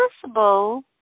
possible